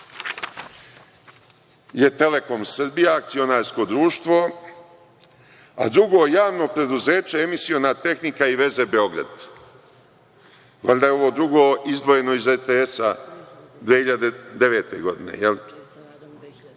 je Telekom Srbija, akcionarsko društvo, a drugo javno preduzeće je Emisiona tehnika i veze Beograd. Valjda je ovo drugo izdvojeno iz RTS-a 2009. godine.